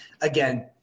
again